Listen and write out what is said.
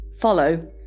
follow